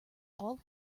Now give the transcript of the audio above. all